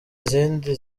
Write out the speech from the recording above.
izindi